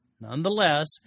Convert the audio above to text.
Nonetheless